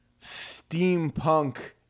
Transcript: steampunk